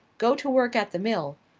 go to work at the mill,